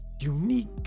unique